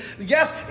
Yes